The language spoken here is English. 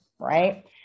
right